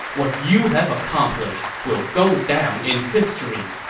what you have accomplished will go down in history!